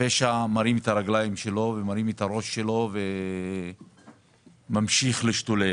הפשע מרים את הרגליים שלו ומרים את הראש שלו וממשיך להשתולל.